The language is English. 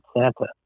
Santa